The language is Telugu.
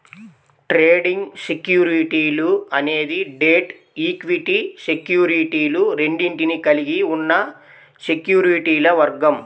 ట్రేడింగ్ సెక్యూరిటీలు అనేది డెట్, ఈక్విటీ సెక్యూరిటీలు రెండింటినీ కలిగి ఉన్న సెక్యూరిటీల వర్గం